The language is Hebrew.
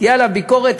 תהיה עליו ביקורת,